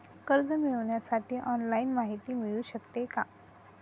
कर्ज मिळविण्यासाठी ऑनलाईन माहिती मिळू शकते का?